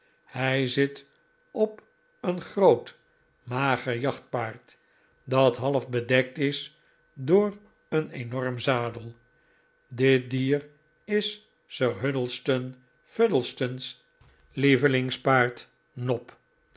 hij zit op een groot mager jachtpaard dat half bedekt is door een enorm zadel dit dier is sir huddlestone fuddlestone's lievelingspaard nob